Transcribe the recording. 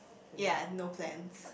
ya no plans